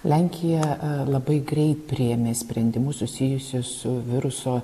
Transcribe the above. lenkija labai greit priėmė sprendimus susijusius su viruso